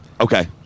okay